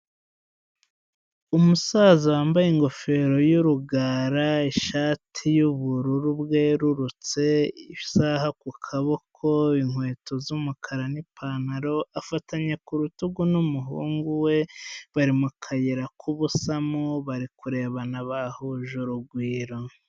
Umusaza wambaye ingofero y'urugara, ishati y'ubururu bwerurutse, isaha ku kaboko, inkweto z'umukara n'ipantaro, afatanye ku rutugu n'umuhungu we, bari mu kayira k'ubusamo bari kurebana bahuje urugwiro.